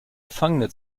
gefangene